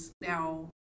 now